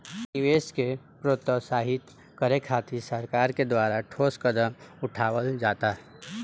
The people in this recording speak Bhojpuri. निवेश के प्रोत्साहित करे खातिर सरकार के द्वारा ठोस कदम उठावल जाता